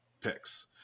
picks